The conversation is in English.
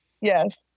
Yes